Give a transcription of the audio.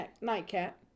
nightcap